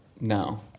No